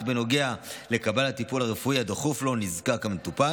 בנוגע לקבלת הטיפול הרפואי הדחוף שהמטופל נזקק לו,